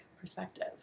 perspective